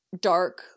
dark